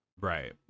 Right